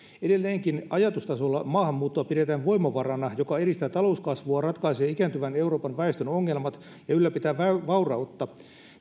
edelleenkin ajatustasolla maahanmuuttoa pidetään voimavarana joka edistää talouskasvua ratkaisee ikääntyvän euroopan väestön ongelmat ja ylläpitää vaurautta